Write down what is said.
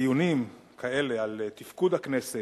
דיונים כאלה על תפקוד הכנסת,